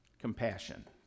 compassion